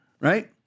Right